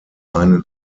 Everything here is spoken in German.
einen